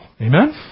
Amen